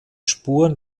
spuren